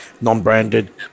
non-branded